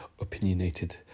opinionated